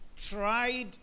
tried